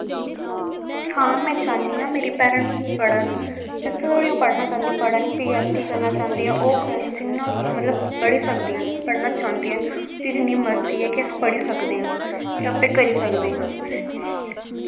हां मैं चाह्न्नी आं मेरी भैनां पढ़न जित्थें धोड़ी एह् पढ़ना चांह्दे पढ़न पढ़न पी एच डी करना चांह्दी ऐ ओह् करन जिन्ना मतलव पढ़ी सकदे न पढ़ना चांह्दे न उंदी जिन्नी मर्जी ऐ के अस पड़ी सकदे आं के आपें करी सकदे आं कुछ